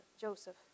Joseph